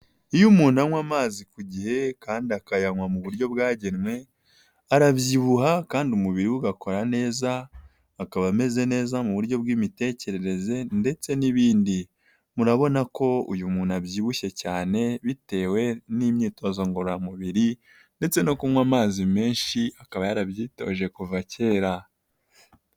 Iyo umuntu anywa amazi ku gihe kandi akayanywa mu buryo bwagenwe arabyibuha kandi umubiri we ugakora neza, akaba ameze neza mu buryo bw'imitekerereze ndetse n'ibindi. Murabona ko uyu muntu abyibushye cyane bitewe n'imyitozo ngororamubiri ndetse no kunywa amazi menshi akaba yarabyitoje kuva kera.